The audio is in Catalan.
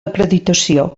acreditació